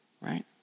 right